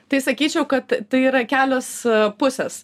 tai sakyčiau kad tai yra kelios pusės